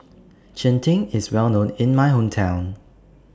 Cheng Tng IS Well known in My Hometown